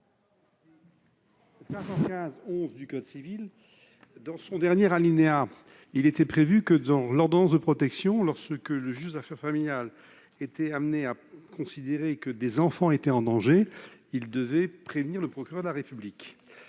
515-11 du code civil. Dans son dernier alinéa, il était prévu que lorsque, dans le cadre de l'ordonnance de protection, le juge aux affaires familiales était amené à considérer que des enfants étaient en danger, il devait prévenir le procureur de la République.